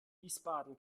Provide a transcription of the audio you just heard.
wiesbaden